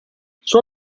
sua